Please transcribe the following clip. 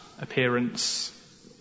appearance